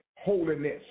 holiness